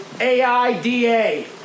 A-I-D-A